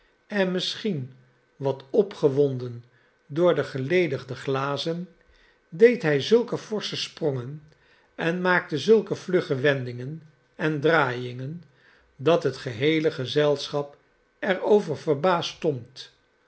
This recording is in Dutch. en misschien wat opgewonden door de geledigde glazen deed hij zulke forsche sprongen en maakte zulke vlugge wendingen en draaiingen dat het geheele gezelschap er over verbaasd